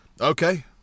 okay